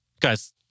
Guys